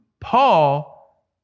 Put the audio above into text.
Paul